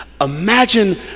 Imagine